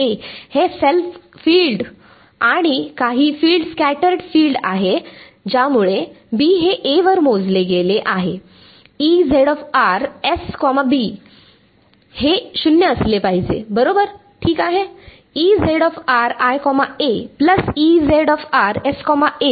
हे self field आणि काही फील्ड स्कॅटरड् फिल्ड आहे ज्यामुळे B हे A वर मोजले गेले आहे हे 0 असले पाहिजे बरोबर ठीक आहे